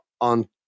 on